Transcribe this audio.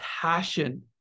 passion